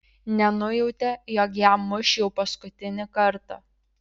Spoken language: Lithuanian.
nenujautė jog ją muš jau paskutinį kartą